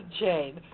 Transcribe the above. Jane